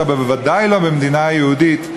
אבל ודאי לא במדינה יהודית,